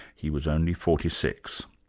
he was only forty six.